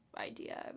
idea